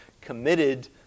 committed